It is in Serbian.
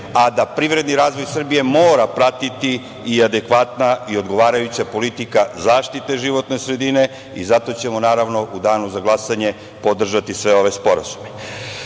a da privredni razvoj Srbije mora pratiti i adekvatna i odgovarajuća politika zaštite životne sredine i zato ćemo u danu za glasanje podržati sve ove sporazume. Naime,